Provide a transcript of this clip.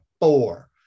Four